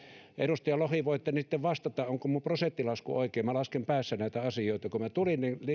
edustaja lohi voitte sitten vastata onko minun prosenttilaskuni oikein minä lasken päässä näitä asioita